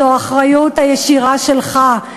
זו האחריות הישירה שלך.